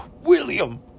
William